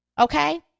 Okay